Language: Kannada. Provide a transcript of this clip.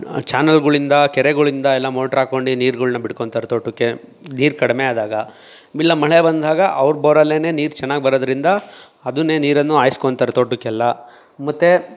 ಚಾನಲ್ಗಳಿಂದ ಕೆರೆಗಳಿಂದ ಎಲ್ಲ ಮೊಟ್ರ್ ಹಾಕೊಂಡು ನೀರುಗಳನ್ನ ಬಿಟ್ಕೊಳ್ತಾರೆ ತೋಟಕ್ಕೆ ನೀರು ಕಡಿಮೆ ಆದಾಗ ಇಲ್ಲ ಮಳೆ ಬಂದಾಗ ಅವ್ರು ಬೋರಲ್ಲೇನೇ ನೀರು ಚೆನ್ನಾಗಿ ಬರೋದರಿಂದ ಅದನ್ನೇ ನೀರನ್ನು ಹಾಯ್ಸ್ಕೊಳ್ತಾರೆ ತೋಟಕ್ಕೆಲ್ಲ ಮತ್ತೆ